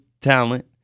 talent